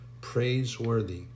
Praiseworthy